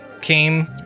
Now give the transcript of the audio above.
came